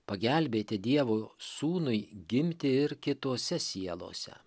pagelbėti dievo sūnui gimti ir kitose sielose